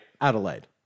Adelaide